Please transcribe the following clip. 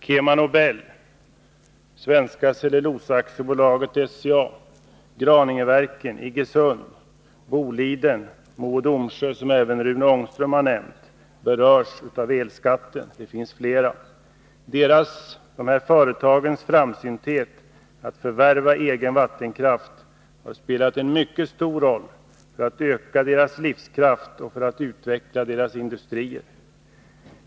KemaNobel, Svenska Cellulosa AB SCA, Graningeverken, Iggesund, Boliden och Mo och Domsjö AB — som även Rune Ångström nämnt — berörs av elskatten. Deras framsynthet att förvärva egen vattenkraft har spelat en mycket stor roll för att öka deras livskraft och för att utveckla deras industrier.